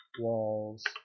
walls